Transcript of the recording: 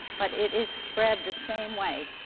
but it is spread the same way,